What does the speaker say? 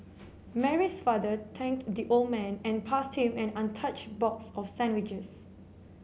Mary's father thanked the old man and passed him an untouched box of sandwiches